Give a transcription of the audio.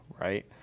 right